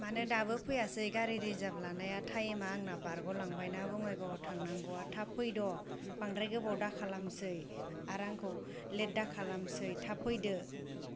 मानो दाबो फैयासै गारि रिजार्भ लानाया टाइमा आंना बारग' लांबायना बंगाइगावआव थांनांगौआ थाब फैद' बांद्राय गोबाव दाखालमसै आर आंखौ लेट दाखालामसै थाब फैदो